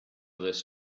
this